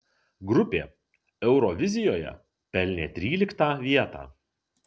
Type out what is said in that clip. grupė eurovizijoje pelnė tryliktą vietą